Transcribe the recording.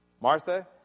Martha